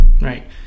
Right